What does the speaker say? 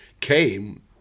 came